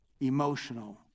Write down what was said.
emotional